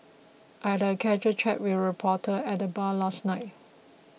I had a casual chat with a reporter at the bar last night